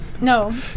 No